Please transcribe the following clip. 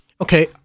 Okay